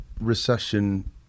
recession